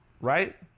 right